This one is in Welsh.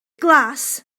glas